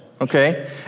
okay